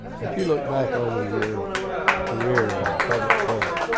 as you look back over your career as a public servant,